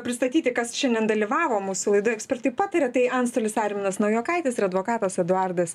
pristatyti kas šiandien dalyvavo mūsų laidoj ekspertai pataria tai antstolis arminas naujokaitis ir advokatas eduardas